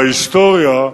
בהיסטוריה,